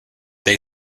they